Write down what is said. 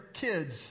kids